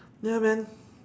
ya man